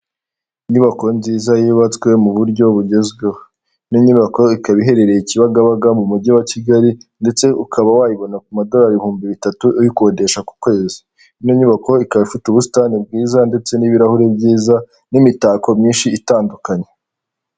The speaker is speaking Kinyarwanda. Inyubako nziza yubatswe mu buryo bugezweho. Ino nyubako ikaba iherereye i Kibagabaga mu mujyi wa Kigali, ndetse ukaba wayibona ku madorari ibihumbi bitatu uyikodesha ku kwezi. Ino nyubako ikaba ifite ubusitani bwiza ndetse n'ibirahuri byiza n'imitako myinshi itandukanye.